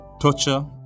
torture